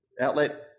outlet